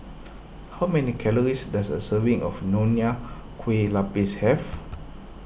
how many calories does a serving of Nonya Kueh Lapis have